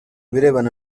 birebana